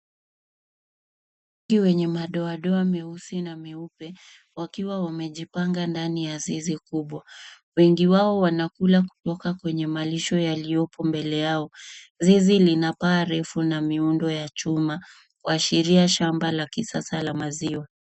wengi wenye madoadoa meusi na meupe wakiwa wamejipanga ndani ya zizi kubwa. Wengi wao wanakula kutoka kwenye malisho yaliyopo mbele yao. Zizi lina paa refu na miundo ya chuma kuashiria shamba la kisasa la maziwa.